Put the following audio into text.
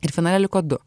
ir finale liko du